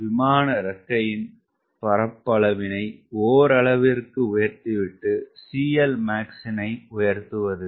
விமான இறக்கையின் பரப்பளவினை ஓரளவிற்கு உயர்த்திவிட்டு CLmax-னை உயர்த்துவது